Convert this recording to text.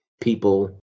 people